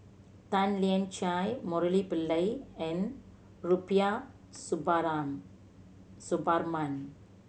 Tan Lian Chye Murali Pillai and Rubiah Suparman